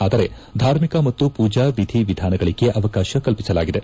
ಆದರೆ ಧಾರ್ಮಿಕ ಮತ್ತು ಪೂಜಾ ವಿಧಿವಿಧಾನಗಳಿಗೆ ಅವಕಾಶ ಕಲ್ಪಿಸಲಾಗಿದೆ